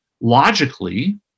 Logically